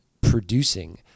producing